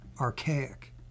Archaic